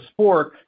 spork